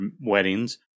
weddings